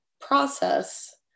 process